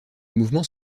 mouvement